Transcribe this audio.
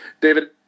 David